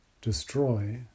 destroy